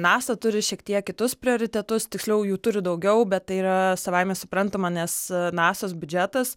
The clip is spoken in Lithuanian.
nasa turi šiek tiek kitus prioritetus tiksliau jų turi daugiau bet tai yra savaime suprantama nes nasos biudžetas